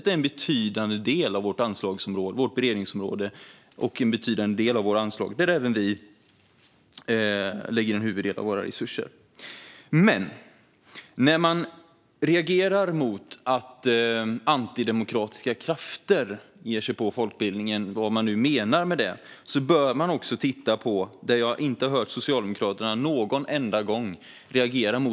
Det är en betydande del av vårt beredningsområde och av våra anslag, där även vi lägger en huvuddel av våra resurser. Men när man reagerar mot att antidemokratiska krafter - vad man nu menar med det - ger sig på folkbildningen bör man också titta på det som jag inte har hört Socialdemokraterna någon enda gång reagera mot.